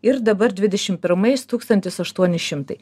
ir dabar dvidešimt pirmais tūkstantis aštuoni šimtai